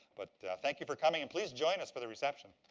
but thank you for coming, and please join us for the reception.